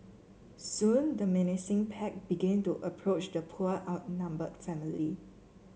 soon the menacing pack began to approach the poor outnumbered family